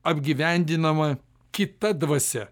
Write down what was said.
apgyvendinama kita dvasia